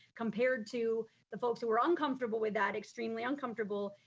compared to the folks who were uncomfortable with that extremely uncomfortable.